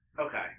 Okay